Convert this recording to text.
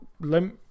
Let